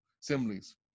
assemblies